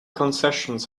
concessions